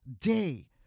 day